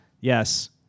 Yes